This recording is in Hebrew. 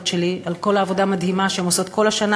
שלי על כל העבודה המדהימה שהן עושות כל השנה,